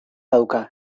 dauka